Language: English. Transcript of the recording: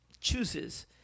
chooses